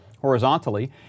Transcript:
horizontally